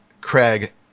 Craig